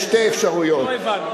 יש שתי אפשרויות, לא הבנו.